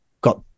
got